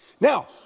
Now